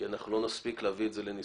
כי לא נספיק להביא את זה לניסוח.